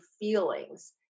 feelings